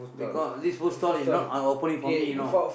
because this food stall not I opening for me you know